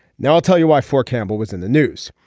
now i'll tell you why fort campbell was in the news.